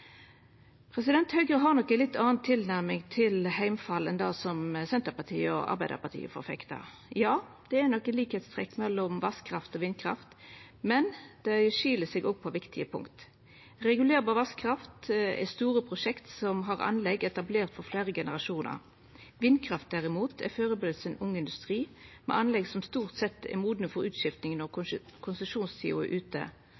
Høgre har nok ei litt anna tilnærming til heimfall enn det Senterpartiet og Arbeidarpartiet forfektar. Ja, det er nokre likskapstrekk mellom vasskraft og vindkraft, men dei skil seg òg på viktige punkt. Regulerbar vasskraft er store prosjekt som har anlegg etablert for fleire generasjonar. Vindkraft, derimot, er førebels ein ung industri med anlegg som stort sett er mogne for utskifting når konsesjonstida er ute.